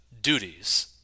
duties